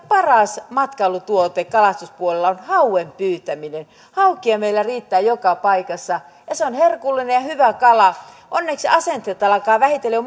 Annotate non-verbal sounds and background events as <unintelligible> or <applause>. paras matkailutuotteemme kalastuspuolella on hauen pyytäminen haukia meillä riittää joka paikassa ja se on herkullinen ja hyvä kala onneksi asenteet alkavat vähitellen <unintelligible>